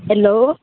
hello